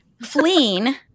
fleeing